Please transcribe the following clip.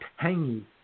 tangy